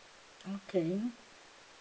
okay